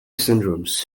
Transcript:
syndromes